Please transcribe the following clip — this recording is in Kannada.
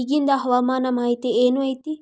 ಇಗಿಂದ್ ಹವಾಮಾನ ಮಾಹಿತಿ ಏನು ಐತಿ?